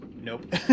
Nope